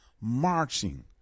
marching